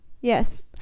Yes